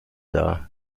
dar